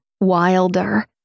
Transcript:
wilder